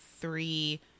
three